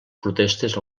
protestes